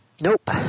Nope